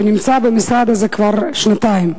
שנמצא במשרד הזה כבר שנתיים,